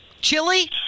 Chili